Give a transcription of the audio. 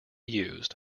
used